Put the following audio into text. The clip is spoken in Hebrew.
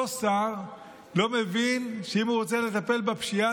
אותו שר לא מבין שאם הוא רוצה לטפל בפשיעה,